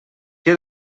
què